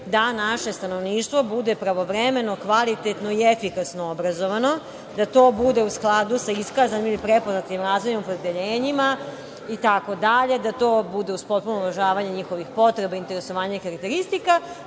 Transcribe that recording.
da naše stanovništvo bude pravovremeno, kvalitetno i efikasno obrazovano, da to bude u skladu sa iskazanim ili prepoznatim raznim opredeljenjima itd, da to bude uz potpuno uvažavanje njihovih potreba, interesovanja i karakteristika